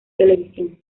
televisión